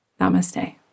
Namaste